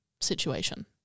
situation